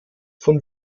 von